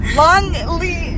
longly